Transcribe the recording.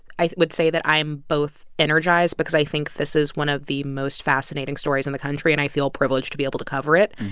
i would say that i am both energized because i think this is one of the most fascinating stories in the country and i feel privileged to be able to cover it.